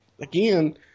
Again